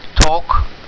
talk